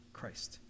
Christ